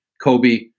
Kobe